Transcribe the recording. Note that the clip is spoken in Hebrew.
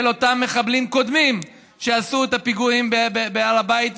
אותם מחבלים קודמים שעשו את הפיגועים בהר הבית.